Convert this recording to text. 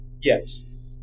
Yes